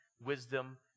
wisdom